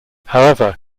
however